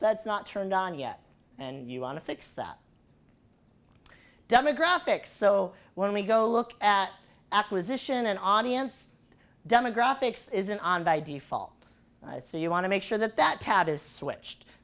that's not turned on yet and you want to fix that demographic so when we go look at acquisition and audience demographics isn't on by default so you want to make sure that that tab is switched